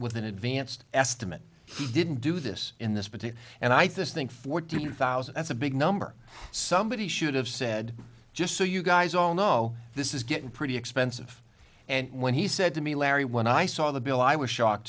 with an advanced estimate he didn't do this in this petition and i think fourteen thousand that's a big number somebody should have said just so you guys all know this is getting pretty expensive and when he said to me larry when i saw the bill i was shocked